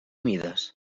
mides